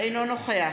אינו נוכח